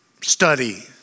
study